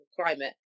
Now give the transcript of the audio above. climate